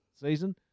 season